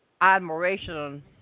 admiration